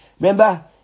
remember